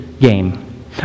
game